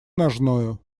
ножною